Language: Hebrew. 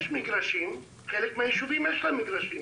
לחלק מהיישובים יש מגרשים,